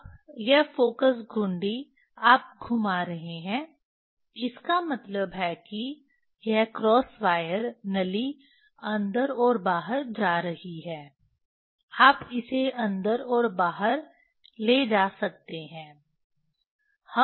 अब यह फ़ोकस घुंडी आप घुमा रहे हैं इसका मतलब है कि यह क्रॉस वायर नली अंदर और बाहर जा रही है आप इसे अंदर और बाहर ले जा सकते हैं